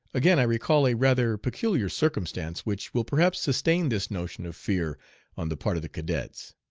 again i recall a rather peculiar circumstance which will perhaps sustain this notion of fear on the part of the cadets.